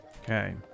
Okay